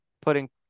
putting